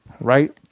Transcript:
Right